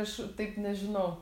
aš taip nežinau